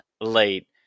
late